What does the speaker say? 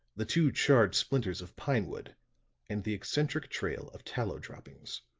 the two charred splinters of pine wood and the eccentric trail of tallow droppings.